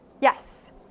Yes